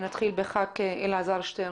נתחיל בחבר הכנסת אלעזר שטרן,